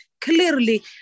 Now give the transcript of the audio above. clearly